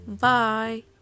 Bye